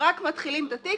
רק מתחילים את התיק,